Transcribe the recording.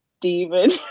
demon